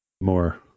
more